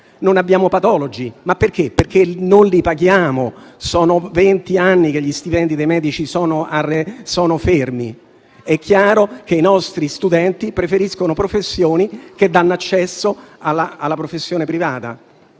non abbiamo patologi, e perché? Perché non li paghiamo. È da vent'anni che gli stipendi dei medici sono fermi. È chiaro che i nostri studenti preferiscono professioni che danno accesso alla professione privata: